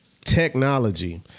technology